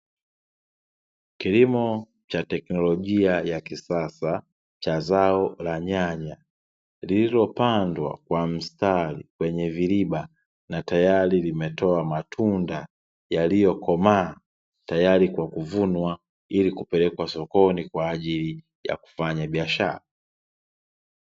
Kilimo cha teknolojia ya kisasa cha zao la nyanya, lililopandwa kwa mstari kwenye viriba na tayari limetoa matunda yaliyokomaa tayari kwa kuvunwa, ili kupelekwa sokoni kwa ajili ya kufanya biashara.